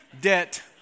Debt